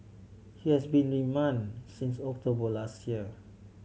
he has been remand since October last year